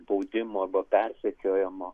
baudimo arba persekiojimo